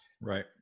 Right